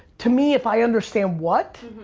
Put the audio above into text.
to me, if i understand what,